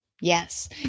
Yes